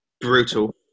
brutal